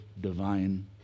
divine